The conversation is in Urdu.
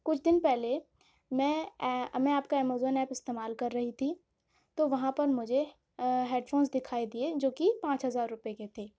کچھ دن پہلے میں میں آپ کا ایمیزون ایپ استعمال كر رہی تھی تو وہاں پر مجھے ہیڈ فونس دکھائی دیے جو کہ پانچ ہزار روپے کے تھے